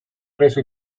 presso